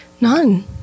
None